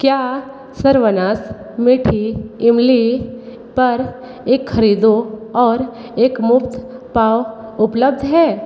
क्या सरवनास मीठी इमली पर एक खरीदो और एक मुफ़्त पाओ उपलब्ध है